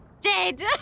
dead